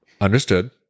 understood